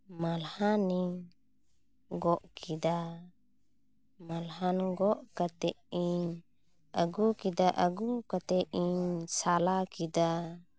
ᱢᱟᱞᱦᱟᱱ ᱤᱧ ᱜᱚᱫ ᱠᱮᱫᱟ ᱢᱟᱞᱦᱟᱱ ᱜᱚᱫ ᱠᱟᱛᱮ ᱤᱧ ᱟᱹᱜᱩ ᱠᱮᱫᱟ ᱟᱹᱜᱩ ᱠᱟᱛᱮ ᱤᱧ ᱥᱟᱞᱟ ᱠᱮᱫᱟ